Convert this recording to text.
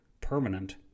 permanent